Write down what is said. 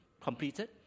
completed